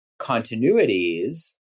continuities